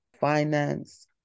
finance